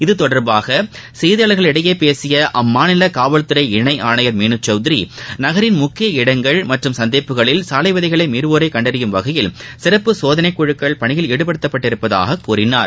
இது தொடர்பாக செய்தியாளர்களிடம் பேசிய அம்மாநில காவல்துறை இணை ஆணையர் மீனு சௌதிரி நகரின் முக்கிய இடங்கள் மற்றும் சந்திப்புகளில் சாலை விதிகளை மீறவோரை கண்டறியும் வகையில் சிறப்பு சோதனை குழுக்கள் பணியில் ஈடுபடுத்தப்பட்டுள்ளதாக கூறினார்